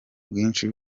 bwinshi